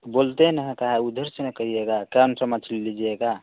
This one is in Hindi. बोलते ना कहा इधर से ना कहिएगा कौनसी मछली लीजिएगा